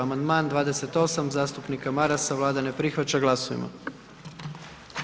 Amandman 28 zastupnika Marasa, Vlada ne prihvaća, glasujmo.